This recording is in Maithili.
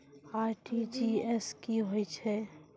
आर.टी.जी.एस की होय छै?